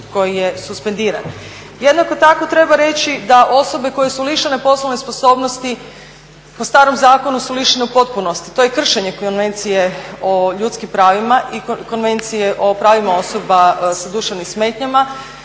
koji je suspendiran. Jednako tako treba reći da osobe koje su lišene poslovne sposobnosti po starom zakonu su lišene u potpunosti. To je kršenje Konvencije o ljudskim pravima i Konvencije u pravima osoba sa duševnim smetnjama.